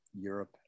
Europe